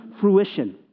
fruition